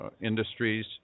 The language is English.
industries